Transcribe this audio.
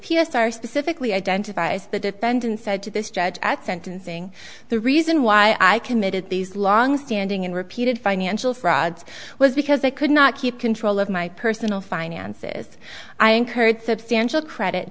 r specifically identifies the defendant said to this judge at sentencing the reason why i committed these longstanding and repeated financial frauds was because they could not keep control of my personal finances i incurred substantial credit